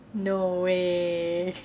no way